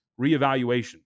reevaluation